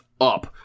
up